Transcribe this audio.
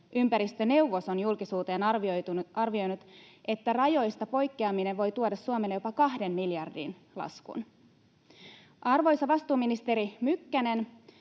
ympäristöneuvos on julkisuuteen arvioinut, että rajoista poikkeaminen voi tuoda Suomelle jopa kahden miljardin laskun. Arvoisa vastuuministeri Mykkänen,